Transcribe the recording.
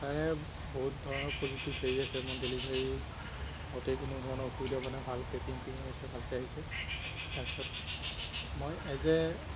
তাৰে বহুত ধৰণৰ পজিটিভ হেৰি আছে মই ডেলিভাৰী হওঁতে কোনো ধৰণৰ অসুবিধা হোবা নাই ভাল পেকিং চেকিং আছে ভালকৈ আহিছে তাৰপিছত মই এজ এ